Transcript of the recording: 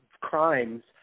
crimes